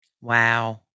Wow